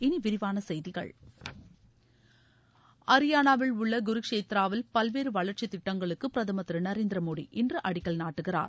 இனி விரிவான செய்திகள் ஹரியானாவில் உள்ள குருக்ஷேத்ராவில் பல்வேறு வளர்ச்சித் திட்டங்களுக்கு பிரதமர் திரு நரேந்திர மோடி இன்று அடிக்கல் நாட்டுகிறார்